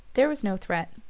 there was no threat